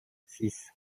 six